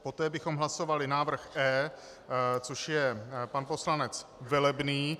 Poté bychom hlasovali návrh E, což je pan poslanec Velebný.